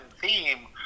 theme